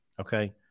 Okay